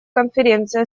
конференции